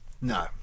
No